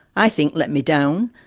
i think let me down.